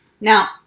Now